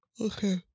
Okay